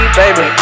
baby